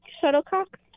shuttlecock